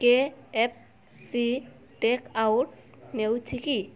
କେ F C takeout ନେଉଛି କି